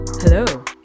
Hello